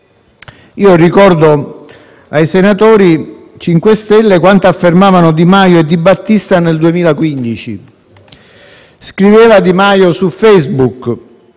del MoVimento 5 Stelle quanto affermavano Di Maio e Di Battista nel 2015. Scriveva Di Maio su Facebook: